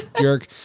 jerk